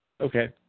Okay